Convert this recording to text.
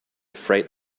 freight